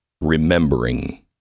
remembering